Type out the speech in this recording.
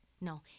No